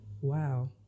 Wow